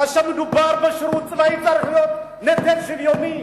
כאשר מדובר בשירות צבאי, צריך להיות נטל שוויוני.